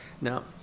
Now